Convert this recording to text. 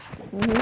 mmhmm